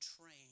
train